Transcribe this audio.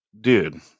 dude